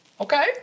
Okay